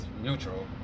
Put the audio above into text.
neutral